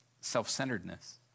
self-centeredness